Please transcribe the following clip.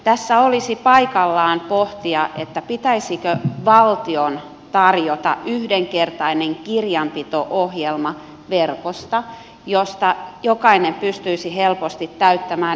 tässä olisi paikallaan pohtia pitäisikö valtion tarjota yhdenkertainen kirjanpito ohjelma verkosta josta jokainen pystyisi helposti täyttämään yhdenmukaisesti